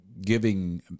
giving